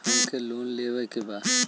हमके लोन लेवे के बा?